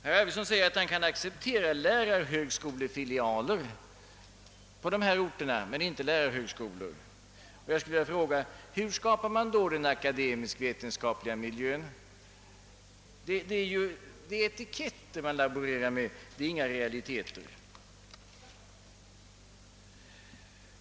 Herr Arvidson säger att han kan acceptera lärarhögskolefilialer på dessa orter men inte lärarhögskolor. Jag skulle vilja fråga: Hur skall man då skapa den akademisk-vetenskapliga miljön? Det är etiketter man laborerar med, det är inga realiteter.